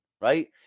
right